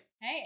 Hey